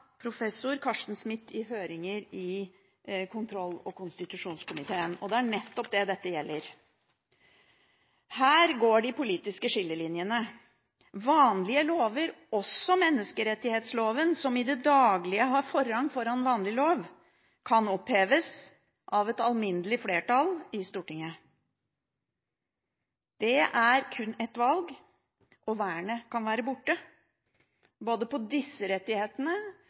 professor Carsten Smith sa i høringer i kontroll- og konstitusjonskomiteen. Det er nettopp det dette gjelder. Her går de politiske skillelinjene. Vanlige lover, også menneskerettighetsloven som i det daglige har forrang foran vanlig lov, kan oppheves av et alminnelig flertall i Stortinget. Det er kun et valg og vernet kan være borte, både på disse rettighetene